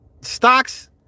stocks